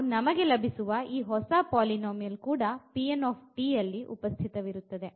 ಹಾಗು ನಮಗೆ ಲಭಿಸುವ ಈ ಹೊಸ ಪಾಲಿನೋಮಿಯಲ್ ಕೂಡ ಅಲ್ಲಿ ಉಪಸ್ಥಿತವಿರುತ್ತದೆ